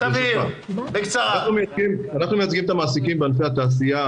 אנחנו מייצגים את המעסיקים בענפי התעשייה,